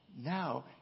now